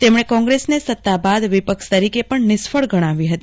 તેમણે કોંગ્રેસને સત્તા બાદ વિપક્ષ તરીકે પણ નિષ્ફળ ગણાવી હતી